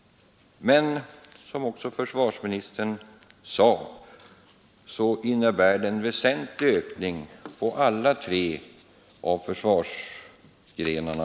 Men vårt förslag innebär, som också försvarsministern sade, en väsentlig ökning på alla tre försvarsgrenarna.